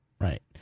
Right